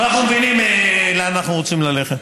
אבל אנחנו מבינים לאן אנחנו רוצים ללכת.